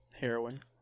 Heroin